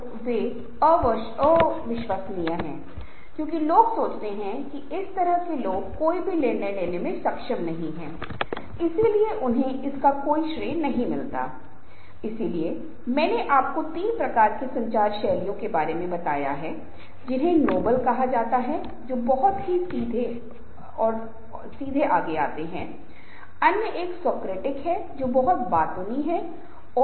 तो ये बातें बहुत महत्वपूर्ण हैं कि जब भी हम किसी समूह में किसी टीम में या किसी संगठन में काम कर रहे हैं तो हमारा बोलना बहुत महत्वपूर्ण है हम कैसे बोलते हैं हमारी जीभ पर हमारा नियंत्रण होना चाहिए क्योंकि एक बार जब हम बोल चुके होते हैं तो यह नहीं हो सकता है की वापस ले लिया जाए